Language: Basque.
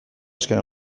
azken